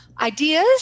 ideas